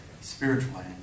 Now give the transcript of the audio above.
spiritually